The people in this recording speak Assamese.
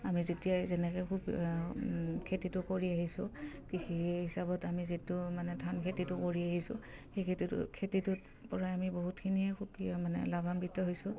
আমি যেতিয়াই যেনেকে খেতিটো কৰি আহিছোঁ কৃষি হিচাপত আমি যিটো মানে ধান খেতিটো কৰি আহিছোঁ সেই খেতিটো খেতিটোৰ পৰাই আমি বহুতখিনিয়ে মানে লাভাম্বিত হৈছোঁ